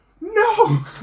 No